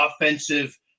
offensive